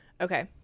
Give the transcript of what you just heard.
Okay